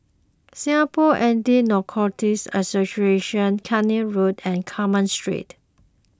Singapore Anti Narcotics Association Keene Road and Carmen Street